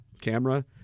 camera